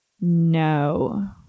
No